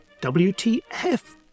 WTF